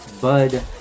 Bud